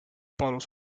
palus